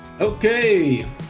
Okay